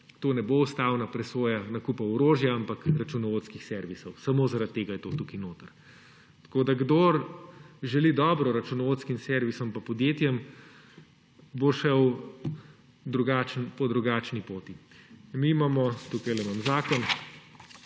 to ne bo ustavna presoja o nakupu orožja, ampak o računovodskih servisih. Samo zaradi tega je to tukaj notri, da bo, kdor želi dobro računovodskim servisom in podjetjem, šel po drugačni poti. Mi imamo, tukaj